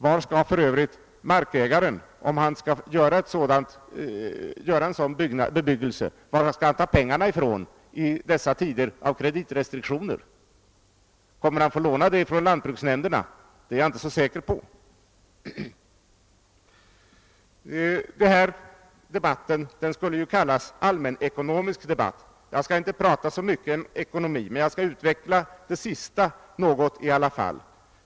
Var skall för övrigt markägaren, om han går in för en sådan bebyggelse, ta pengarna i dessa tider av kreditrestriktioner? Kommer han att få låna pengar av lantbruksnämnderna? Det är jag inte säker på. Denna debatt skulle ju kallas allmänekonomisk debatt. Jag skall inte prata så mycket om ekonomi, men jag skall i alla fall utveckla något av det sistnämnda.